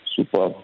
Super